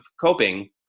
coping